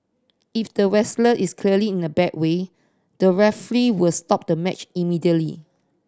if the wrestler is clearly in a bad way the referee were stop the match immediately